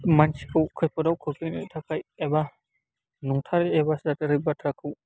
मानसिखौ खैफोदआव खोख्लैनो थाखाय एबा नंथारै एबा जाथारै बाथ्राखौ